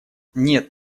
нет